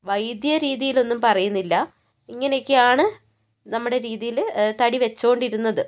വൈദ്യ രീതിയിൽ ഒന്നും പറയുന്നില്ല ഇങ്ങനെയൊക്കെയാണ് നമ്മുടെ രീതിയിൽ തടി വെച്ചുകൊണ്ടിരുന്നത്